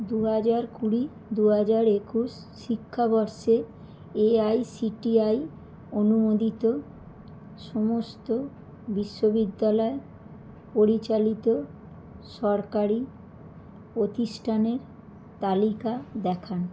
দু হাজার কুড়ি দু হাজার একুশ শিক্ষাবর্ষে এআইসিটিই অনুমোদিত সমস্ত বিশ্ববিদ্যালয় পরিচালিত সরকারি প্রতিষ্ঠানের তালিকা দেখান